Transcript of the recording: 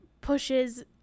pushes